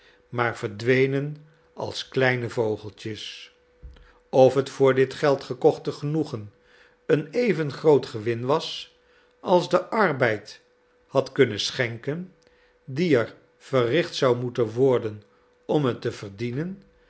maar verdwenen als kleine vogeltjes of het voor dit geld gekochte genoegen een even groot gewin was als de arbeid had kunnen schenken die er verricht zou moeten worden om het te verdienen